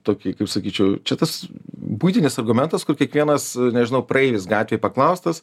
tokį kaip sakyčiau čia tas buitinis argumentas kur kiekvienas nežinau praeivis gatvėj paklaustas